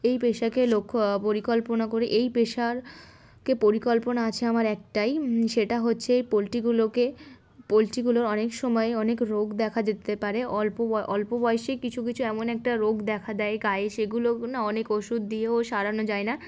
এই পেশাকে লক্ষ্য পরিকল্পনা করে এই পেশারকে পরিকল্পনা আছে আমার একটাই সেটা হচ্ছে এই পোলট্রিগুলোকে পোলট্রিগুলোর অনেক সময় অনেক রোগ দেখা যেতে পারে অল্প ব অল্প বয়সেই কিছু কিছু এমন একটা রোগ দেখা দেয় গায়ে সেগুলো না অনেক ওষুধ দিয়েও সারানো যায় না